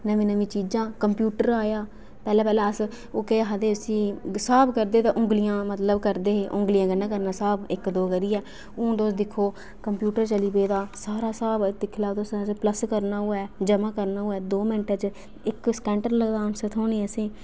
नमीं नमीं चीज़ा कम्प्यूटर आया पैहलें पैहलें अस केह् आखदे उसी हिसाब करदे तां उंगली र मतलब करदे हे उंगली कन्नै करना स्हाब इक दौ करियै हून तुस दिक्खो कम्प्यूटर चली पेदा सारा स्हाब सारा स्हाब दिक्खी लैओ तुस प्लस करना होऐ जमा करना होऐ दौं मिन्टें च इक सैंकण्ड नी लगदा आनसर थ्होने गी असेंगी